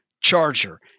charger